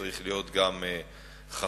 צריך להיות גם חכם,